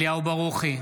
אליהו ברוכי,